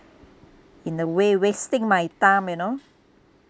in a way wasting my time you know